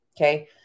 Okay